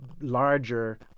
larger